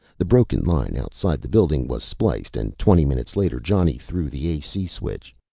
the broken line outside the building was spliced and twenty minutes later, johnny threw the ac switch.